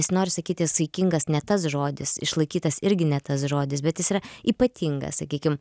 nesinori sakyti saikingas ne tas žodis išlaikytas irgi ne tas žodis bet jis yra ypatingas sakykim